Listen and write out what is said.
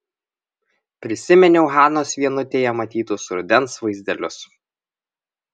prisiminiau hanos vienutėje matytus rudens vaizdelius